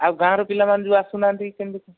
ଆଉ ଗାଁ ର ପିଲାମାନେ ଯେଉଁ ଆସୁନାହାନ୍ତି କେମିତି